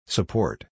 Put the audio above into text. Support